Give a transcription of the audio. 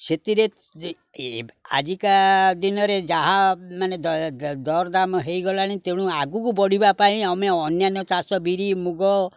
ସେଥିରେ ଆଜିକା ଦିନରେ ଯାହା ମାନେ ଦରଦାମ୍ ହୋଇଗଲାଣି ତେଣୁ ଆଗକୁ ବଢ଼ିବା ପାଇଁ ଆମେ ଅନ୍ୟାନ୍ୟ ଚାଷ ବିରି ମୁଗ